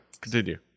continue